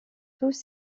tous